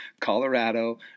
Colorado